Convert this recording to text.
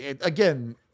Again